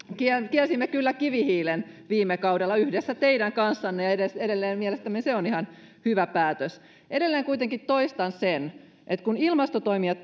kielsimme kyllä kivihiilen viime kaudella yhdessä teidän kanssanne ja edelleen mielestämme se on ihan hyvä päätös edelleen kuitenkin toistan sen että kun ilmastotoimia